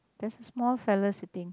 there's a small fellow sitting